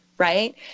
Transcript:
Right